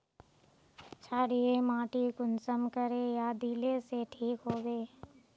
क्षारीय माटी कुंसम करे या दिले से ठीक हैबे?